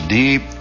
deep